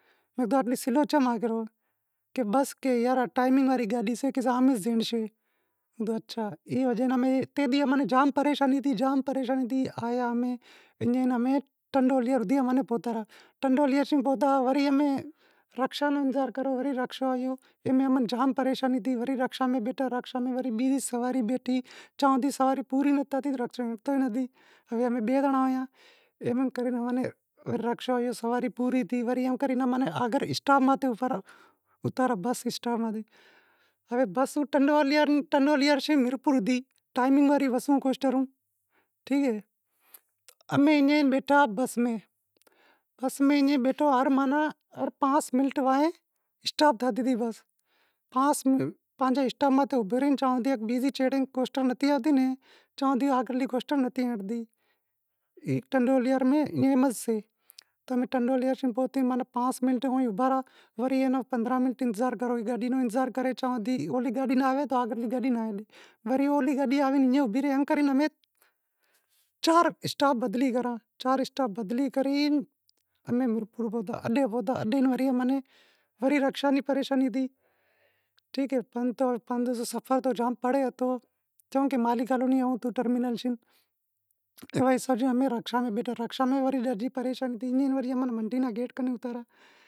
کہ بس یار ٹائیمنگ واڑی گاڈی سے، تے ڈینہں امیں جام پریشانی تھی آیا امیں، ایئے ڈینہں امیں ٹنڈوالہیار ڈینہں آنتھورے پوہتیا رہا، ٹنڈوالہیار پوہتا وری امیں رکشا رو انتظار کریو، وری رکشو آیو، وری امیں جام پریشانی تھی، وری رکشا میں بیٹھا وری رکشا میں بی سواری بیٹھی، چاں تی رکشے میں سواری پوری ناں تھی رکشو ہلتو نھ تھی، امیں بئے زنڑا اہئں، وری رکشا ری سواری پوری تھی اگر اسٹاپ ماتھے اتارا بس اسٹاپ متھے، بس ٹنڈوالہیار سیں میرپور دی ٹائیمنگ امیں اینے بیٹھا ہر پانس منٹ وائے اسٹاپ کرتئ بس، ٹنڈوالہیار میں ای مسئلو سے، اولی گاڈی ناں آوے تو آگرلی گاڈی ناں جازوے، چار اسٹاپ بدلی کرے امیں اڈے پہتا، اڈے ناں وری رکشا ری پریشانی تھی، امیں وڑے رکشا میں بیٹھا، رکشا میں